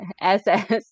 SS